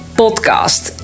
podcast